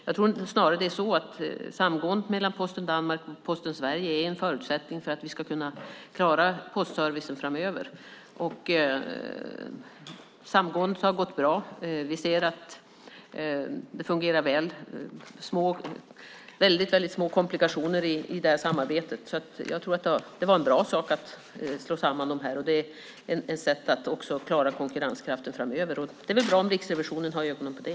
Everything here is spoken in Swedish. Jag tror snarare att samgåendet mellan Post Danmark och Posten Sverige är en förutsättning för att vi ska kunna klara postservicen framöver. Samgåendet har gått bra. Vi ser att det fungerar väl. Det är väldigt små komplikationer i samarbetet. Det var en bra sak att slå samman dem. Det är ett sätt att också klara konkurrenskraften framöver. Det är väl bra om Riksrevisionen har ögonen på det.